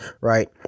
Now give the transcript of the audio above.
right